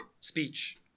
speech